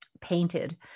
painted